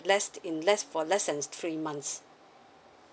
less in less for less than three months